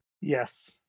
Yes